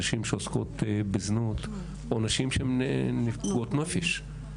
נשים שעוסקות בזנות או נשים שהן פגועות נפש.